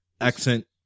Accent